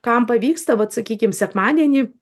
kam pavyksta vat sakykim sekmadienį